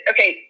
Okay